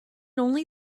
only